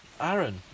Aaron